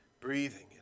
breathing